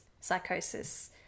psychosis